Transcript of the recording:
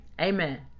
amen